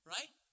Right